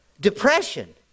Depression